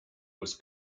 was